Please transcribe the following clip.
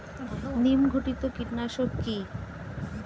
নিম ঘটিত কীটনাশক কি?